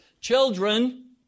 children